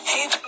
Hey